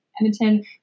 Edmonton